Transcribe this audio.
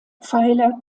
pfeiler